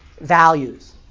values